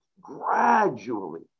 gradually